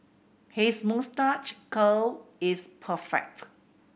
his moustache curl is perfect